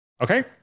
Okay